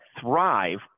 thrive